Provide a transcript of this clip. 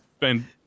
Ben